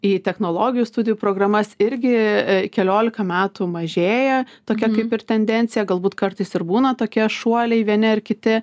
į technologijų studijų programas irgi keliolika metų mažėja tokia kaip ir tendencija galbūt kartais ir būna tokie šuoliai vieni ar kiti